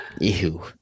Ew